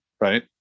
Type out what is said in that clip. right